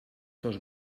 dos